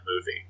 movie